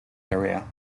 area